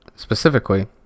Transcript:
Specifically